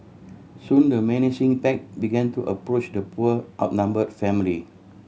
soon the menacing pack began to approach the poor outnumbered family